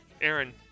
Aaron